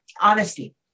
honesty